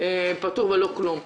פטור ולא כלום.